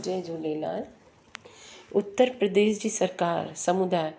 जय झूलेलाल उत्तर प्रदेश जी सरकारि समुदाय